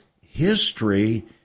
history